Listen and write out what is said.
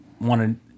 wanted